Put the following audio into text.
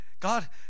God